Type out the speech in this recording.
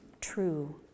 true